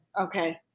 Okay